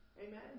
Amen